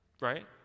right